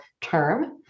term